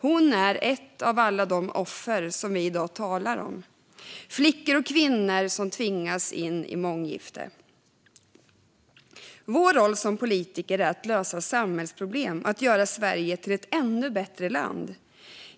Hon är ett av alla de offer som vi i dag talar om: Flickor och kvinnor som tvingas in i månggifte. Vår roll som politiker är att lösa samhällsproblem och göra Sverige till ett ännu bättre land.